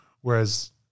whereas